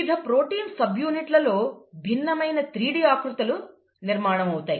వివిధ ప్రోటీన్ సబ్ యూనిట్లలో భిన్నమైన 3D ఆకృతులు నిర్మాణం అవుతాయి